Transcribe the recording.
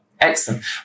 Excellent